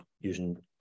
using